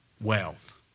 Wealth